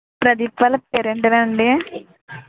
ప్రదీప్ వాళ్ళ పేరేంటరా అండి